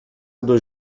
dos